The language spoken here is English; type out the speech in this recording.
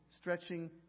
stretching